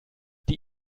die